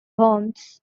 homes